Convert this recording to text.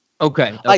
Okay